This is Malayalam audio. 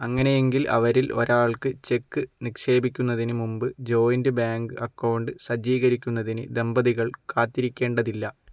അങ്ങനെയെങ്കിൽ അവരിൽ ഒരാൾക്ക് ചെക്ക് നിക്ഷേപിക്കുന്നതിനുമുമ്പ് ജോയിന്റ് ബാങ്ക് അക്കൗണ്ട് സജ്ജീകരിക്കുന്നതിന് ദമ്പതികൾ കാത്തിരിക്കേണ്ടതില്ല